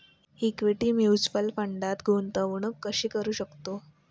Equity mutual फंडात गुंतवणूक कशी करू शकतो?